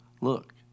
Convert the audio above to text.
look